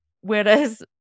whereas